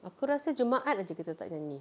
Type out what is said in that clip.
aku rasa jumaat saja kita tak nyanyi